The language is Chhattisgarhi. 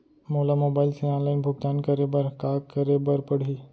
मोला मोबाइल से ऑनलाइन भुगतान करे बर का करे बर पड़ही?